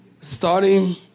Starting